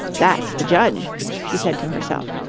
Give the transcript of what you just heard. that's the judge she said to herself,